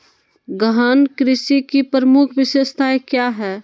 गहन कृषि की प्रमुख विशेषताएं क्या है?